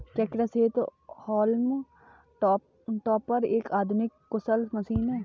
क्या कृषि हेतु हॉल्म टॉपर एक आधुनिक कुशल मशीन है?